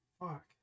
Fuck